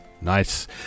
Nice